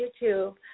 YouTube